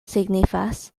signifas